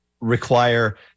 require